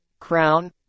crown